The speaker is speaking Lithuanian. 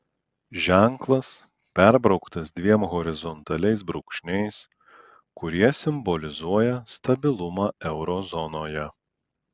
ženklas perbrauktas dviem horizontaliais brūkšniais kurie simbolizuoja stabilumą euro zonoje